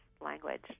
language